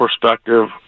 perspective